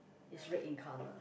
is red in colour